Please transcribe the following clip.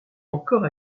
encore